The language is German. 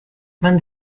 man